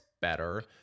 better